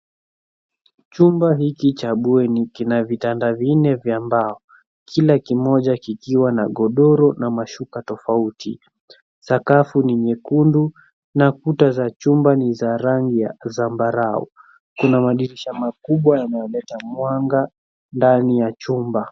Chumba hiki cha bweni kina vitanda vinne vya mbao, kila kimoja kikiwa na godoro na mashuka tofauti. Sakafu ni nyekundu na kuta za chumba ni za rangi ya zambarau. Kuna madirisha makubwa yanayoleta mwanga ndani ya chumba.